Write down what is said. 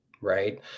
right